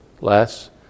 less